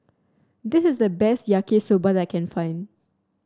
this is the best Yaki Soba I can find